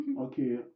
Okay